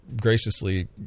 graciously